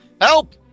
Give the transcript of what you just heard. help